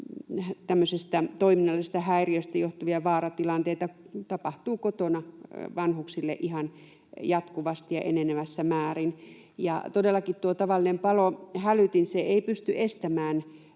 tämmöisestä toiminnallisesta häiriöstä johtuvia vaaratilanteita tapahtuu kotona vanhuksille ihan jatkuvasti ja enenevässä määrin. Ja todellakaan tuo tavallinen palohälytin ei pysty estämään